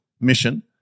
mission